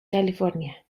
california